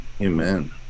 Amen